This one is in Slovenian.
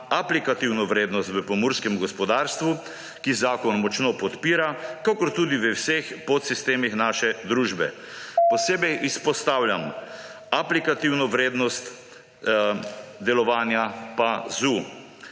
aplikativno vrednost v pomurskem gospodarstvu, ki zakon močno podpira, kakor tudi v vseh podsistemih naše družbe. Posebej izpostavljam aplikativno vrednost delovanja PAZU.